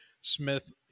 Smith